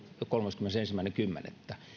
kolmaskymmenesensimmäinen kymmenettä